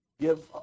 give